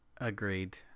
Agreed